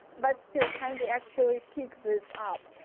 but still can be actually picked this up.